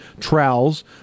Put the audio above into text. trowels